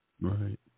Right